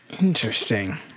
Interesting